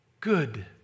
Good